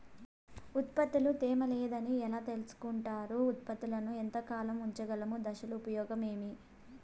ఉత్పత్తి లో తేమ లేదని ఎలా తెలుసుకొంటారు ఉత్పత్తులను ఎంత కాలము ఉంచగలము దశలు ఉపయోగం ఏమి?